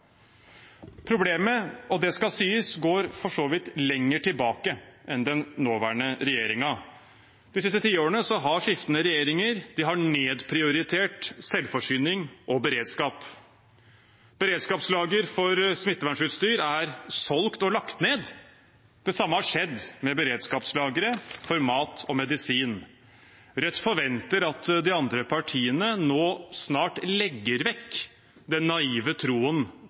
Problemet – og det skal sies – går for så vidt lenger tilbake enn til den nåværende regjeringen. De siste tiårene har skiftende regjeringer nedprioritert selvforsyning og beredskap. Beredskapslager for smittevernsutstyr er solgt og lagt ned. Det samme har skjedd med beredskapslagre for mat og medisiner. Rødt forventer at de andre partiene nå snart legger vekk den naive troen